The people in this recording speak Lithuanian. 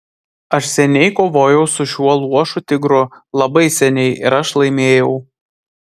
aš seniai kovojau su šiuo luošu tigru labai seniai ir aš laimėjau